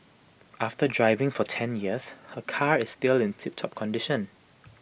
after driving for ten years her car is still in tiptop condition